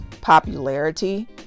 popularity